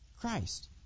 Christ